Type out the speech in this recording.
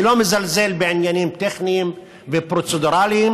אני לא מזלזל בעניינים טכניים ופרוצדורליים,